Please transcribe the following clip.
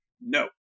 no